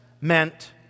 meant